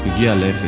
yalla